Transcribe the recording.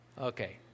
Okay